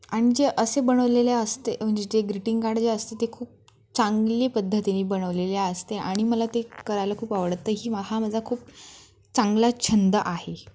आणि जे असे बनवलेले असते म्हणजे जे ग्रिटिंग कार्ड जे असते ते खूप चांगली पद्धतीने बनवलेले असते आणि मला ते करायला खूप आवडतं ही हा माझा खूप चांगला छंद आहे